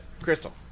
Crystal